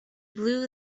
blew